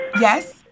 Yes